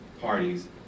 parties